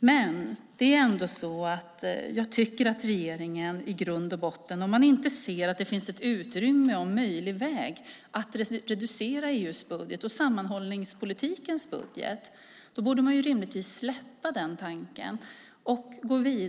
Men om regeringen inte ser att det finns ett utrymme och en möjlig väg att reducera EU:s budget och sammanhållningspolitikens budget borde man rimligtvis släppa den tanken och gå vidare.